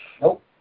Nope